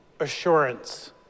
Assurance